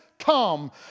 come